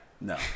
No